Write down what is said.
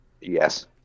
yes